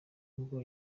ngo